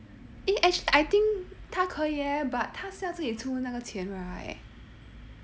eh actually I think 他可以 eh but 他是要自己出那个钱 right